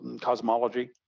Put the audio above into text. cosmology